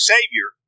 Savior